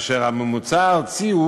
לעומת הממוצע הארצי,